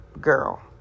girl